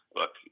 look